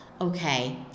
Okay